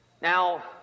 Now